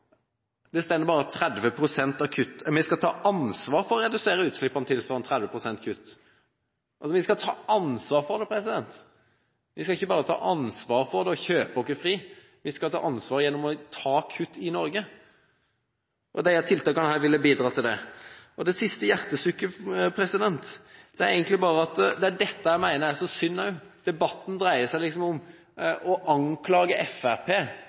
det står bare: «Fram til 2020 skal Norge ta ansvar for å redusere utslippene tilsvarende 30 pst. av egne utslipp i 1990.» Vi skal altså ta ansvar for det. Vi skal ikke bare ta ansvar for det og kjøpe oss fri, vi skal ta ansvar gjennom å ta kutt i Norge, og disse tiltakene ville bidra til det. Det siste hjertesukket er egentlig bare at det er dette jeg mener er så synd, at debatten bare dreier seg om å anklage